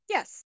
Yes